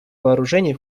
вооружений